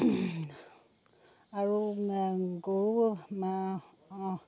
আৰু গৰু